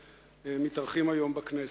שמתארחים היום בכנסת.